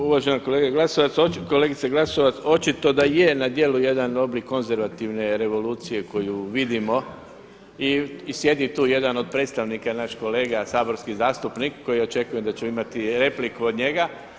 Pa uvažena kolegice Glasovac očito da je na djelu jedan oblik konzervativne revolucije koju vidimo i sjedi tu jedan od predstavnika naš kolega saborski zastupnik koji očekujem da ću imati repliku od njega.